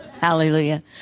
hallelujah